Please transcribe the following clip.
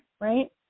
Right